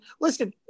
listen